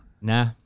Nah